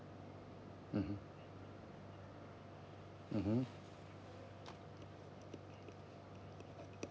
mmhmm mmhmm